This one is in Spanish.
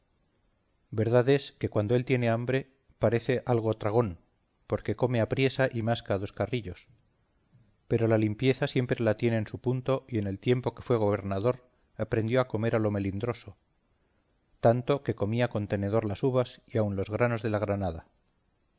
es que cuando él tiene hambre parece algo tragón porque come apriesa y masca a dos carrillos pero la limpieza siempre la tiene en su punto y en el tiempo que fue gobernador aprendió a comer a lo melindroso tanto que comía con tenedor las uvas y aun los granos de la granada